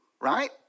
Right